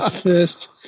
first